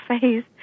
face